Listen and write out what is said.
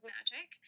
Magic